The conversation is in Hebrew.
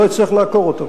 הוא לא יצטרך לעקור אותו.